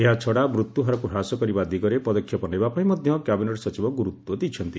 ଏହାଛଡ଼ା ମୃତ୍ୟୁ ହାରକୁ ହ୍ରାସ କରିବା ଦିଗରେ ପଦକ୍ଷେପ ନେବାପାଇଁ ମଧ୍ୟ କ୍ୟାବିନେଟ୍ ସଚିବ ଗୁରୁତ୍ୱ ଦେଇଛନ୍ତି